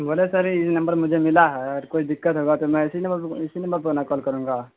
بولے سر یہ جو نمبر مجھے ملا ہے اگر کوئی دقت ہوگا تو میں اسی نمبر پر اسی نمبر پ ر نا کال کروں گا